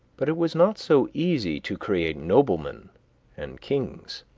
but it was not so easy to create noblemen and kings.